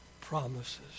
promises